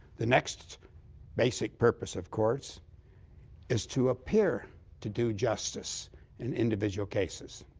the next basic purpose of courts is to appear to do justice in individual cases.